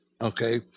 okay